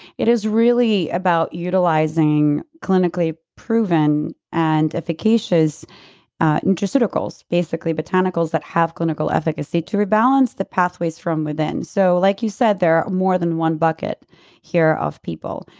it is really about utilizing clinically proven and efficacious nutraceuticals. basically botanicals that have clinical efficacy to rebalance the pathways from within so like you said, there are more than one bucket here of people.